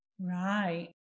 Right